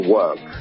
work